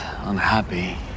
unhappy